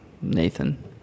Nathan